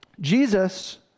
Jesus